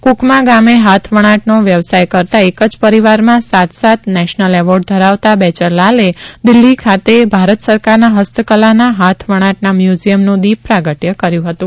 કુકમા ગામે હાથવણાટનો વ્યવસાય કરતા એક જ પરિવારમાં સાત સાત નેશનલ એવોર્ડ ધરાવતા બેચરલાલે દિલ્હી ખાતે ભારત સરકાર ફસ્તકલાના હાથવણાટના મ્યુઝિયમનું દીપ પ્રાગટય કર્યું હતું